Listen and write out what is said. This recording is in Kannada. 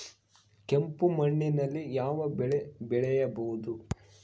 ಕೆಂಪು ಮಣ್ಣಿನಲ್ಲಿ ಯಾವ ಬೆಳೆ ಬೆಳೆಯಬಹುದು?